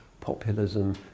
Populism